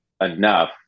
enough